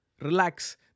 relax